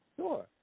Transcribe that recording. Sure